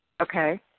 Okay